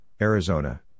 Arizona